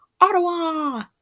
ottawa